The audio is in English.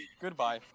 Goodbye